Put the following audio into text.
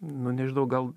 nu nežinau gal